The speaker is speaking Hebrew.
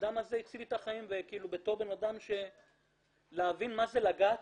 הבנאדם הזה הציל לי את החיים בתור בנאדם של להבין מה זה לגעת